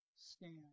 stand